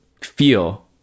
feel